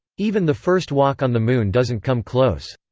even the first walk on the moon doesn't come close.